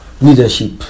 leadership